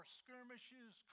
skirmishes